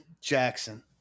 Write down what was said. Jackson